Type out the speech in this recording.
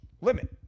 limit